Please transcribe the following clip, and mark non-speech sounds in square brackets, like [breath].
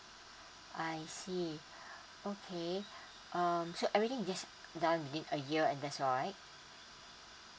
I see [breath] okay [breath] uh so everything is just done did a year and that's all right